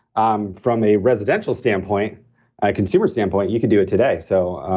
um from a residential standpoint, a consumer standpoint, you could do it today. so,